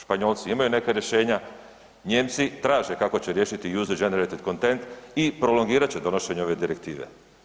Španjolci imaju neka rješenja, Nijemci traže kako će riješiti User Generated Content i prolongirat će donošenje ove direktive.